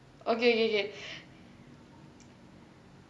okay okay